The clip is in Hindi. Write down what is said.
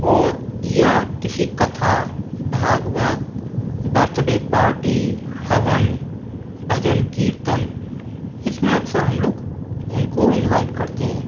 और या किसी कथा भागवत बर्थडे पार्टी हवन भजन कीर्तन इसमें अक्सर हम लोग उनको इनवाइट करते हैं